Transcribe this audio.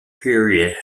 period